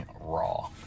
raw